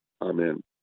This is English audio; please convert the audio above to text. Amen